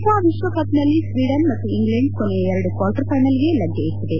FIFA ವಿಕ್ವ ಕಪ್ನಲ್ಲಿ Sweden ಮತ್ತು ಇಂಗ್ಲೆಂಡ್ ಕೊನೆಯ ಎರಡು ಕ್ವಾರ್ಟರ್ ಫೈನಲ್ಗೆ ಲಗ್ಗೆ ಇಟ್ಟದೆ